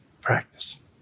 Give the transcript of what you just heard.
Practice